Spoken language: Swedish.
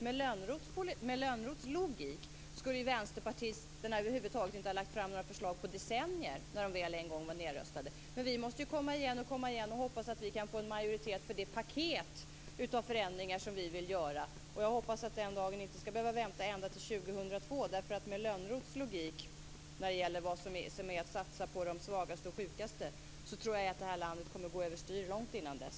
Med Lönnroths logik skulle vänsterpartisterna över huvud taget inte ha lagt fram några förslag på decennier när de en gång väl var nedröstade. Men vi måste ju komma igen och hoppas att vi kan få en majoritet för det paket av förändringar som vi vill genomföra. Jag hoppas att vi inte skall behöva vänta ända till år 2002, för med Lönnroths logik när det gäller satsningar på de svagaste och sjukaste kommer det här landet att gå överstyr långt innan dess.